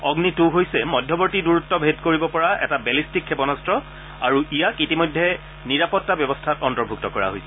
অগ্নি two হৈছে মধ্যৰৰ্তী দূৰত্ব ভেদ কৰিব পৰা এটা বেলিষ্টিক ক্ষেপণাস্ত্ৰ আৰু ইয়াক ইতিমধ্যে নিৰাপত্তা ব্যৱস্থাত অন্তৰ্ভুক্ত কৰা হৈছে